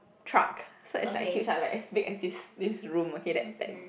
truck so it's like huge lah like as big as this this room okay that that